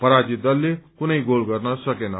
पराजित दलले कुनै गोल गर्न सकेन